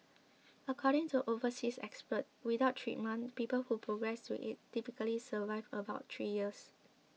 according to overseas experts without treatment people who progress to AIDS typically survive about three years